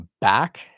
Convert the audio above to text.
back